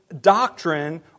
doctrine